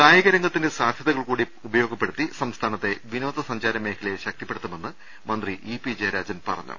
കായിക പ്രംഗത്തിന്റെ സാധ്യതകൾ കൂടി ഉപയോഗപ്പെടുത്തി സംസ്ഥാനത്തെ വിനോദ സഞ്ചാര മേഖലയെ ശക്തിപ്പെടുത്തുമെന്ന് മന്ത്രി ഇ പി ജയരാജൻ പറഞ്ഞു